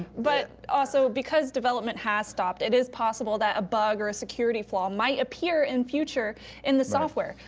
but also because development has stopped, it is possible that a bug or a security flaw might appear in future in the software.